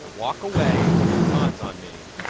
ah walk away. and it dawns on me.